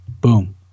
Boom